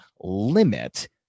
limit